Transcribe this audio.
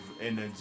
energy